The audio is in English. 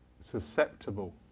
susceptible